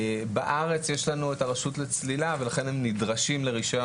בארץ יש לנו את הרשות לצלילה ולכן הם נדרשים לרישיון